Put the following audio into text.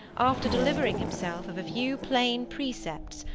after delivering himself of a few plain precepts,